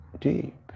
deep